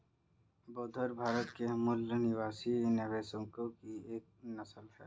बछौर भारत के मूल निवासी मवेशियों की एक नस्ल है